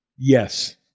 yes